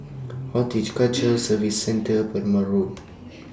Horticulture Services Centre Perumal Road